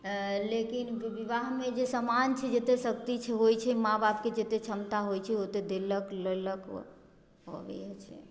लेकिन विवाहमे जे समान छै जते शक्ति होइत छै माँ बापके जते क्षमता होइत छै ओते देलक लेलक आओर इहे छै